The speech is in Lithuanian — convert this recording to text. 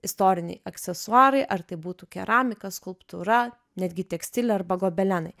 istoriniai aksesuarai ar tai būtų keramika skulptūra netgi tekstilė arba gobelenai